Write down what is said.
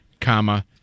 comma